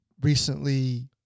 recently